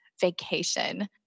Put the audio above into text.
vacation